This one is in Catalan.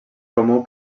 comú